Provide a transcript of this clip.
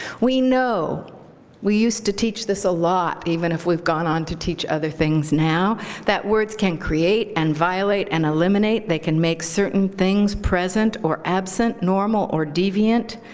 we know we used to teach this a lot, even if we've gone on to teach other things now that words can create and violate and eliminate. they can make certain things present or absent, normal or deviant.